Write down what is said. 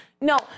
no